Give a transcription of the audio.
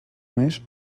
més